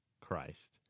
Christ